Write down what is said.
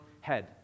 head